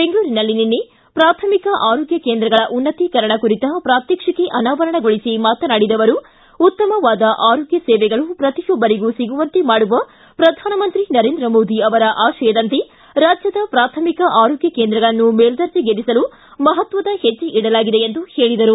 ಬೆಂಗಳೂರಿನಲ್ಲಿ ನಿನ್ನೆ ಪ್ರಾಥಮಿಕ ಆರೋಗ್ಯ ಕೇಂದ್ರಗಳ ಉನ್ನತೀಕರಣ ಕುರಿತ ಪ್ರಾತ್ವಕ್ಷಿಕೆ ಅನಾವರಣಗೊಳಿಸಿ ಮಾತನಾಡಿದ ಅವರು ಉತ್ತಮವಾದ ಆರೋಗ್ಯ ಸೇವೆಗಳು ಪ್ರತಿಯೊಬ್ಬರಿಗೂ ಸಿಗುವಂತೆ ಮಾಡುವ ಪ್ರಧಾನಮಂತ್ರಿ ನರೇಂದ್ರ ಮೋದಿ ಅವರ ಆಶಯದಂತೆ ರಾಜ್ಯದ ಪ್ರಾಥಮಿಕ ಆರೋಗ್ಯ ಕೇಂದ್ರಗಳನ್ನು ಮೇಲ್ದರ್ಣೆಗೇರಿಸಲು ಮಹತ್ವದ ಹೆಜ್ಜೆ ಇಡಲಾಗಿದೆ ಎಂದು ಹೇಳಿದರು